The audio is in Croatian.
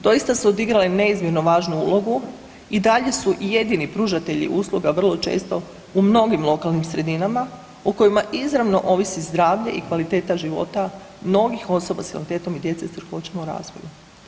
Doista su odigrale neizmjerno važnu ulogu i dalje su jedini pružatelji usluga vrlo često u mnogim lokalnim sredinama u kojima izravno ovisi zdravlje i kvaliteta života mnogi osoba s invaliditetom i djece s teškoćama u razvoju.